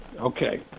okay